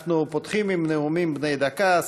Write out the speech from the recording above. אנחנו פותחים בנאומים בני דקה.